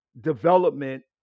development